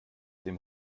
dem